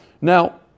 Now